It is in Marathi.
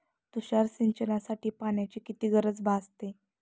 तुषार सिंचनासाठी पाण्याची किती गरज भासते?